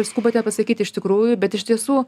ir skubate pasakyti iš tikrųjų bet iš tiesų